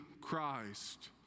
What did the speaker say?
Christ